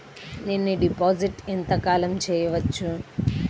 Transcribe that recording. నేను డిపాజిట్ ఎంత కాలం చెయ్యవచ్చు?